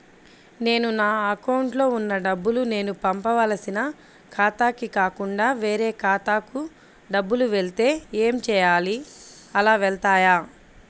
నేను నా అకౌంట్లో వున్న డబ్బులు నేను పంపవలసిన ఖాతాకి కాకుండా వేరే ఖాతాకు డబ్బులు వెళ్తే ఏంచేయాలి? అలా వెళ్తాయా?